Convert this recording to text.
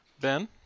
Ben